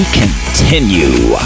continue